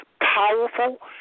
powerful